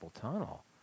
tunnel